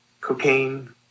cocaine